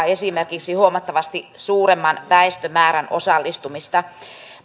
esimerkiksi huomattavasti suuremman väestömäärän osallistumista